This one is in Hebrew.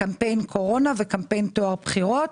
קמפיין קורונה וקמפיין טוהר בחירות,